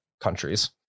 countries